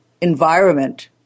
Environment